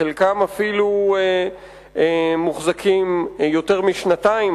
חלקם אפילו מוחזקים יותר משנתיים,